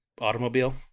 Automobile